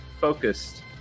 focused